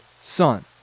son